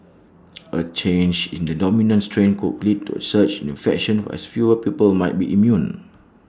A change in the dominant strain could lead to A surge in infections as fewer people might be immune